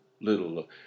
little